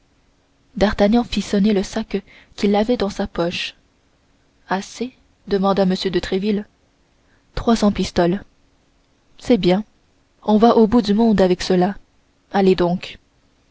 d'artagnan fit sonner le sac qu'il avait dans sa poche assez demanda m de tréville trois cents pistoles c'est bien on va au bout du monde avec cela allez donc